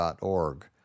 org